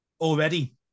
already